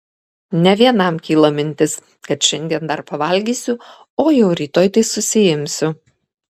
ne vienam kyla mintis kad šiandien dar pavalgysiu o jau rytoj tai susiimsiu